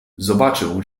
zobaczył